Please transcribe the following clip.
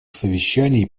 совещаний